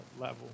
level